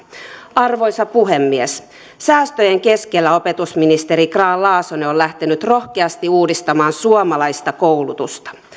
arvoisa puhemies säästöjen keskellä opetusministeri grahn laasonen on lähtenyt rohkeasti uudistamaan suomalaista koulutusta